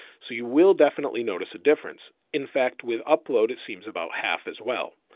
so you will definitely notice a difference. in fact, with upload, it seems about half as well,